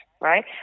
right